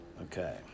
Okay